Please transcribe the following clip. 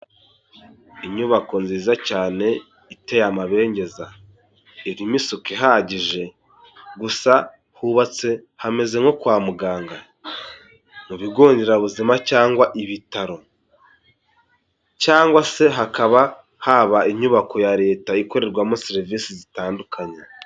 Inyubako nziza cyane iteye amabengeza irimo isuku ihagije, gusa hubatse hameze nko kwa muganga, mu bigo nderabuzima cyangwa ibitaro, cyangwa se hakaba haba inyubako ya Leta ikorerwamo serivisi zitandukanye.